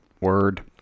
Word